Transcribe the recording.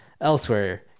Elsewhere